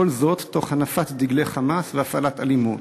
כל זאת תוך הנפת דגלי "חמאס" והפעלת אלימות.